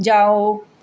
ਜਾਓ